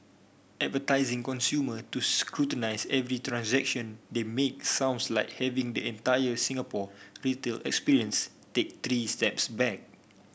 advertising consumer to scrutinise every transaction they make sounds like having the entire Singapore retail experience take three steps back